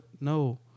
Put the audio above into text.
No